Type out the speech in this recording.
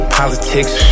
politics